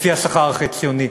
לפי השכר החציוני.